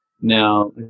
Now